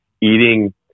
eating